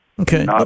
Okay